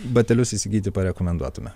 batelius įsigyti parekomenduotume